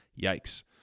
Yikes